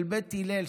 של בית הלל,